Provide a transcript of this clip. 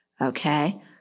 okay